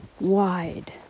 wide